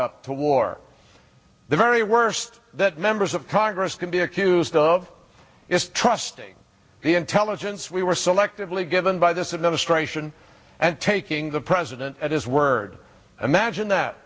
up to war the very worst that members of congress can be accused of is trusting the intelligence we were selectively given by this administration and taking the president at his word